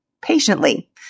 patiently